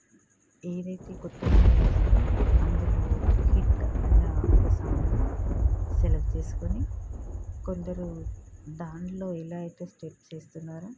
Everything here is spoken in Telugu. ఏదైతే కొత్త మూవీ వస్తే అందులో హిట్ అయిన ఒక సాంగ్ని సెలెక్ట్ చేసుకుని కొందరు దానిలో ఎలా అయితే స్టెప్స్ వేస్తున్నారో